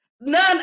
none